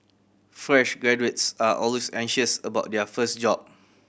fresh graduates are always anxious about their first job